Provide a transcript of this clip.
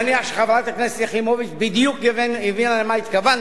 אני מניח שחברת הכנסת יחימוביץ בדיוק הבינה למה התכוונתי.